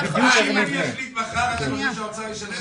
אם נחליט מחר, אתם חושבים שהאוצר ישלם את זה?